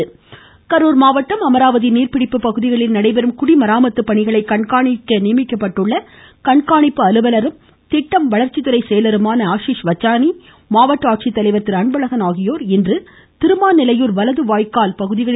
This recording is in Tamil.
கரூர் பணிகள் இதனிடையே கரூர் மாவட்டம் அமராவதி நீர்பிடிப்பு பகுதிகளில் நடைபெறும் குடிமராமத்து பணிகளை கண்காணிக்க நியமிக்கப்பட்டுள்ள கண்காணிப்பு அலுவலரும் திட்டம் வளர்ச்சி துறை செயலருமான ஆசிஷ் வச்சானி மாவட்ட ஆட்சித்தலைவர் ஆகியோர் இன்று திருமாநிலையூர் வலது வாய்க்கால் பகுதிகளில் திரு